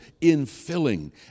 infilling